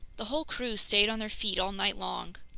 the whole crew stayed on their feet all night long.